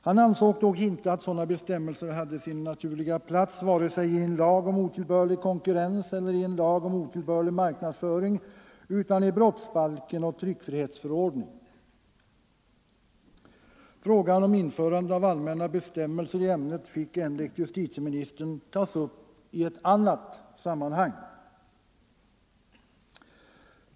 Han ansåg dock inte att sådana bestämmelser hade sin naturliga plats vare sig i en lag om otillbörlig konkurrens eller i en lag om otillbörlig marknadsföring utan i stället i brottsbalken och tryckfrihetsförordningen. Frågan om införande av allmänna bestämmelser i ämnet fick enligt justitieministern tas upp i annat sammanhang.